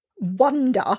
wonder